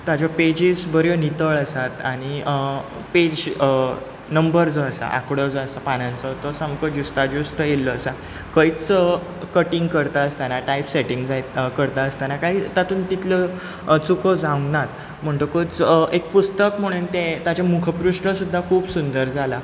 ताज्यो pages बऱ्यो नितळ आसा आनी पेज नंबर जो आसा आंकडो जो आसा पानांचो तो सामको ज्युस्ता ज्युस्त येयल्लो आसा खंयच कटींग करता आसताना टायप सेंटींग करात आसताना काय तातूंत तितल्यो चुको जावंक नात म्हणटकूच एक पुस्तक म्हण तें ताचें मुखपृश्ट सुद्दां खूब सुंदर जाला